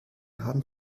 haben